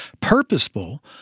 Purposeful